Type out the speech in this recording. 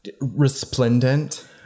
Resplendent